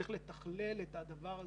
צריך לתכלל את התחבורה החשמלית.